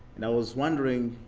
and i was wondering,